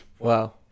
Wow